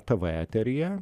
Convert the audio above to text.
tavo eteryje